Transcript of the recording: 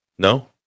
No